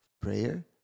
prayer